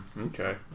Okay